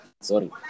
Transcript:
sorry